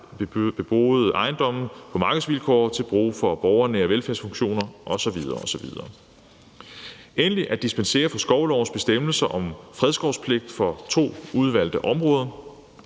bebyggede ejendomme på markedsvilkår til brug for borgernære velfærdsfunktioner osv. osv. Endelig er der det at dispensere fra skovlovens bestemmelser om fredskovspligt for to udvalgte områder.